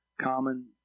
common